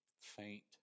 faint